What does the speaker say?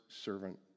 servant